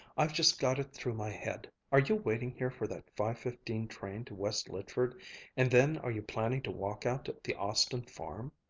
i've just got it through my head. are you waiting here for that five-fifteen train to west lydford and then are you planning to walk out to the austin farm?